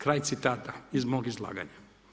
Kraj citata iz mog izlaganja.